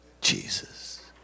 Jesus